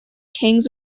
kings